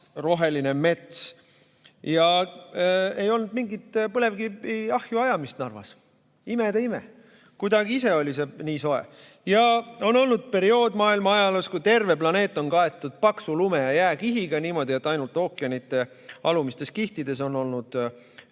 roheline mets – ja ei olnud mingit põlevkivi ahju ajamist Narvas. Imede ime! Kuidagi ise oli nii soe! Ja on olnud periood maailma ajaloos, kui terve planeet oli kaetud paksu lume ja jääkihiga, niimoodi, et ainult ookeanide alumistes kihtides oli sulanud